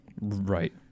right